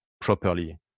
properly